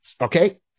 Okay